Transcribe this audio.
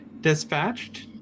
dispatched